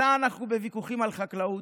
שנה אנחנו בוויכוחים על חקלאות,